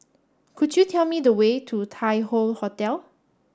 could you tell me the way to Tai Hoe Hotel